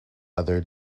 other